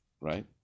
right